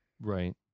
Right